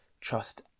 trust